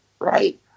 right